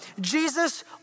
Jesus